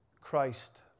Christ